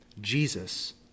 Jesus